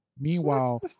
Meanwhile